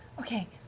okay,